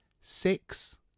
Six